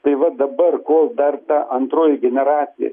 tai va dabar kol dar ta antroji generacija